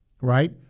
right